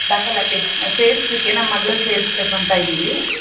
ದಾಖಲಾತಿ ಸೇರಿಸಲಿಕ್ಕೆ ನಮ್ಮ ಮಗಳನ್ನು ಸೇರಿಸಬೇಕು ಅಂತ ಇದ್ದೀವಿ